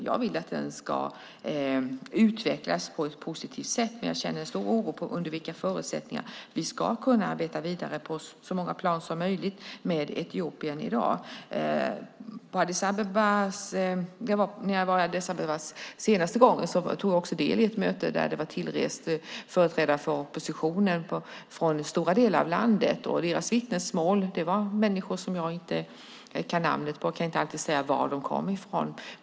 Jag vill att den ska utvecklas på ett positivt sätt, men jag känner stor oro för under vilka förutsättningar vi ska kunna arbeta vidare på så många plan som möjligt med Etiopien i dag. När jag var i Addis Abeba den senaste gången deltog jag i ett möte dit företrädare för oppositionen hade rest från stora delar av landet. Det var människor som jag inte kan namnet på, och jag kan inte alltid säga var de kom ifrån.